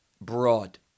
broad